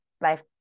life